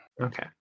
Okay